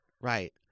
right